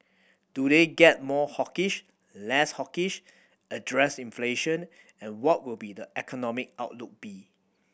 do they get more hawkish less hawkish address inflation and what will the economic outlook be